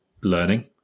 learning